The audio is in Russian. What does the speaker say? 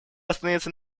остановиться